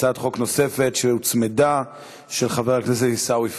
הצעת חוק נוספת שהוצמדה היא של חבר הכנסת עיסאווי פריג'.